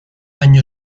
año